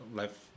life